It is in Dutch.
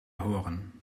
horen